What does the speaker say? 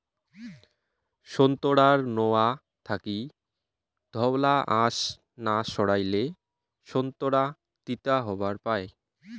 সোন্তোরার নোয়া থাকি ধওলা আশ না সারাইলে সোন্তোরা তিতা হবার পায়